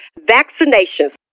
vaccinations